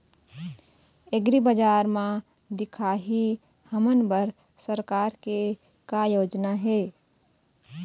एग्रीबजार म दिखाही हमन बर सरकार के का योजना हे?